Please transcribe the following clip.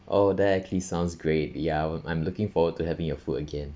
oh that actually sounds great ya I'm I'm looking forward to having your food again